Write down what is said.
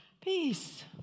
Peace